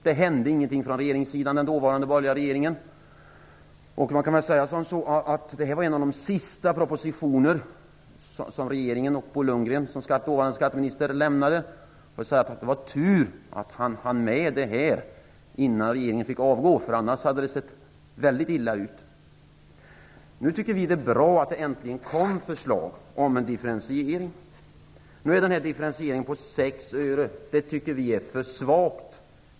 Det hände ingenting från regeringssidan, den dåvarande borgerliga regeringen. Detta var en av de sista propositioner som regeringen, och Bo Lundgren som dåvarande skatteminister, lämnade. Man får väl säga att det var tur att han hann med detta innan regeringen fick avgå. Annars hade det sett mycket illa ut. Vi tycker att det är bra att det äntligen har kommit ett förslag om en differentiering. Men vi tycker att en differentiering på 6 öre är för svag.